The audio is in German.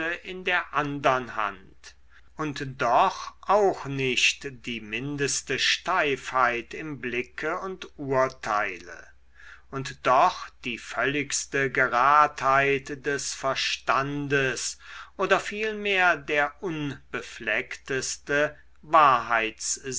in der andern hand und doch auch nicht die mindeste steifheit im blicke und urteile und doch die völligste geradheit des verstandes oder vielmehr der unbefleckteste